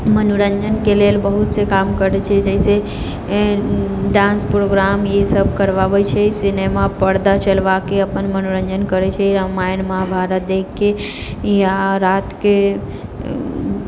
मनोरञ्जनके लेल बहुतसँ काम करै छै जैसे डान्स प्रोग्राम ई सब करबाबै छै सिनेमा पर्दा चलबाइके मनोरञ्जन करबाबै छै रामायण महाभारत देखिके या रातिके